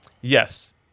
yes